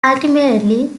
ultimately